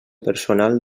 personal